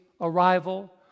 arrival